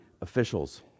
officials